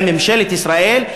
עם ממשלת ישראל,